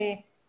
לא הדרך הזאת.